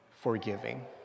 forgiving